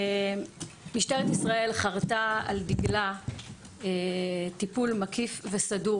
משטרת ישראל חרתה על דגלה טיפול מקיף וסדור